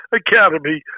academy